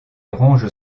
ronge